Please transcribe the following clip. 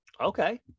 Okay